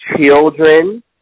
children